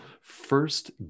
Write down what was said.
first